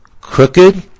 crooked